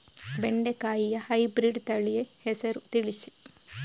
ಬೆಂಡೆಕಾಯಿಯ ಹೈಬ್ರಿಡ್ ತಳಿ ಹೆಸರು ತಿಳಿಸಿ?